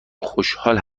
خوشحال